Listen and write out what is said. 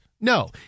no